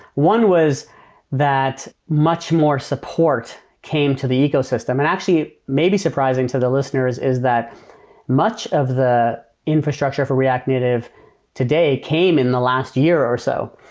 one was that much more support came to the ecosystem. and actually, may be surprising to the listeners is that much of the infrastructure for react native today came in the last year or so.